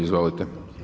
Izvolite.